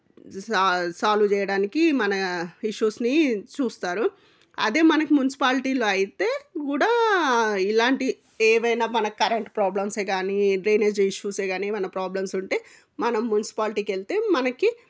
సాల్ సాల్వ్ చేయడానికి మన ఇష్యూస్ని చూస్తారు అదే మనకి మున్సిపాలిటీలో అయితే కూడా ఇలాంటి ఏవైనా మనకు కరెంట్ ప్రాబ్లమ్స్ ఏ కాని డ్రైనేజ్ ఇష్యూస్ ఏ కాని ఏమైనా ప్రాబ్లమ్స్ ఉంటే మనం మున్సిపాలిటీకి వెళ్తే మనకి